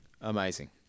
Amazing